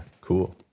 cool